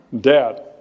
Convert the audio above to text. Dad